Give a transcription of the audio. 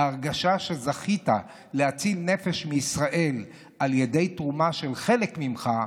ההרגשה שזכית להציל נפש מישראל על ידי תרומה של חלק ממך,